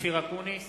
אופיר אקוניס,